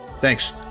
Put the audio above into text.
Thanks